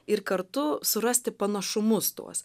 ir kartu surasti panašumus tuos